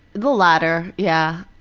the latter, yeah.